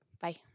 Bye